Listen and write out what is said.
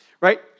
right